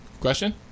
question